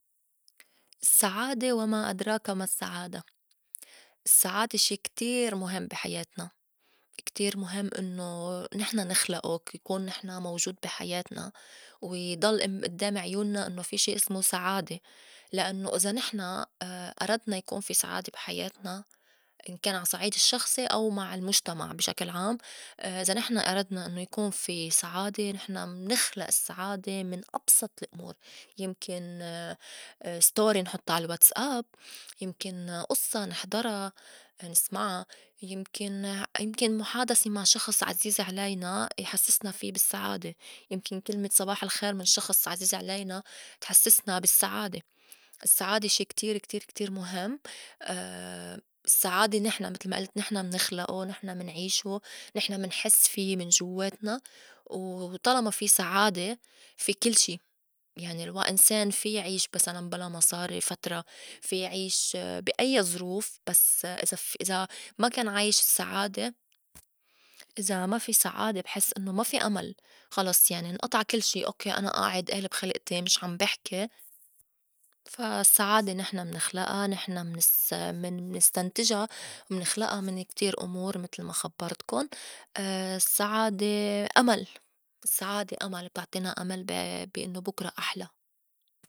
السّعادة وما أدراك ما السّعادة. السّعادة شي كتير مُهم بي حياتنا، كتير مُهم إنّو نحن نخلئو يكون نحن موجود بي حياتنا ويضل أم- أدّام عيونّا إنّو في شي إسمو سعادة. لأنّو إذا نحن أ- أردنا يكون في سعادة بي حياتنا إن كان عا الصّعيد الشّخصي أو مع المُجتمع بشكل عام إذا نحن أردنا إنّو يكون في سعادة نحن منخلأ السّعادة من أبسط لأمور. يمكن story نحطّا على الواتس أب، يمكن قصّة نحضرا، نسمعا، يمكن- يمكن مُحادثة مع شخص عزيز علينا يحسّسنا في بالسّعادة، يمكن كلمة صباح الخير من شخص عزيز علينا تحسّسنا بالسّعادة. السّعادة شي كتير- كتير- كتير مُهم، السّعادة نحن متل ما ألت نحن منخلئو، نحن منعيشو، نحن منحس في من جوّاتنا. و طالما في سعادة في كل شي يعني و الإنسان في يعيش مسلاً بلا مصاري فترى، في يعيش بي أيّا ظروف بس إذا في إذا ما كان عايش السّعادة إذا ما في سعادة بحس إنّو ما في أمل خلص يعني انقطع كل شي. أوكّي أنا آعد آلب خلقتي مش عم بحكي فا السّعادة نحن منخلئا، نحن منس- منستنتجا، منخلئا من كتير أمور متل ما خبّرتكُن السّعادة- أمل- السّعادة أمل بتعطينا أمل بي- بي أنّو بكرا أحلى.